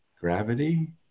Gravity